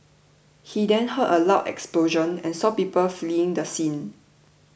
he then heard a loud explosion and saw people fleeing the scene